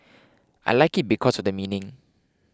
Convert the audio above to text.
I like it because of the meaning